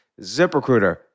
ZipRecruiter